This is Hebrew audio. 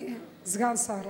סגן שר.